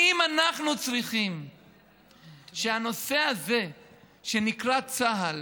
האם אנחנו צריכים שהנושא הזה שנקרא צה"ל